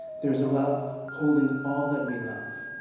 there is a love holding all that we love.